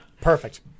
Perfect